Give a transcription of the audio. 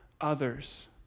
others